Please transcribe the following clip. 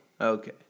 Okay